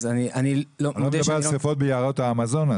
אז אני מודה שאני לא --- אני לא מדבר על שריפות ביערות האמזונס,